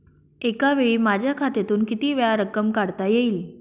एकावेळी माझ्या खात्यातून कितीवेळा रक्कम काढता येईल?